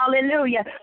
Hallelujah